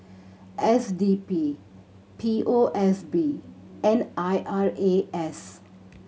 S D P P O S B and I R A S